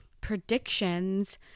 predictions